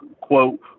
quote